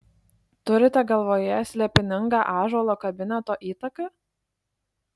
turite galvoje slėpiningą ąžuolo kabineto įtaką